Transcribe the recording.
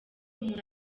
umuntu